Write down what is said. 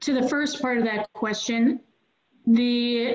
to the st part of that question the